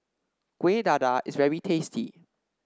Kueh Dadar is very tasty